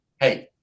hey